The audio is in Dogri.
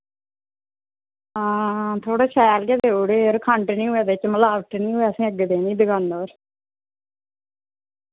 हां थोह्ड़ा शैल गै देऊड़ेयो यरो खंड नि होऐ बिच मलावट नि होऐ असें अग्गे देनी दुकाना पर